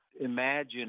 imagine